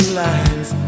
lines